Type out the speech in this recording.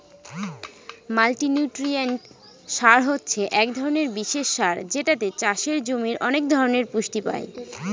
multinutrient সার হছে এক ধরনের বিশেষ সার যেটাতে চাষের জমির অনেক ধরনের পুষ্টি পাই